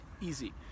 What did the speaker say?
easy